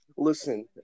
Listen